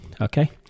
Okay